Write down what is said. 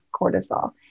cortisol